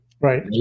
Right